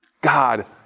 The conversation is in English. God